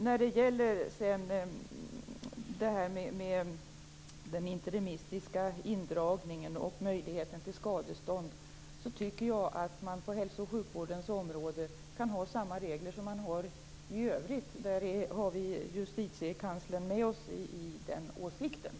När det gäller den interimistiska indragningen och möjligheten till skadestånd tycker jag att man på hälso och sjukvårdens område kan ha samma regler som man har i övrigt. Den åsikten delar även Justitiekanslern.